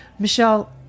Michelle